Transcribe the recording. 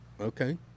Okay